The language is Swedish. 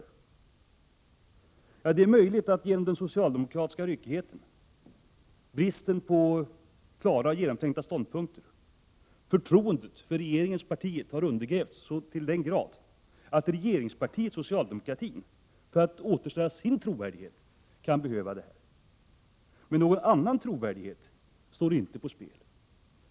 Ja, det är möjligt att förtroendet för regeringspartiet, genom den socialdemokratiska ryckigheten och bristen på klara och genomtänkta ståndpunkter har undergrävts så till den grad att socialdemokratin för att återställa sin trovärdighet kan behöva detta beslut. Någon annan trovärdighet står inte på spel.